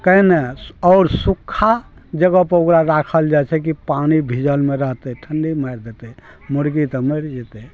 कयने आओर सूखा जगह पर ओकरा राखल जाइ छै कि पानि भिजलमे रहतै ठण्डी मारि देतै मुर्गी तऽ मरि जेतै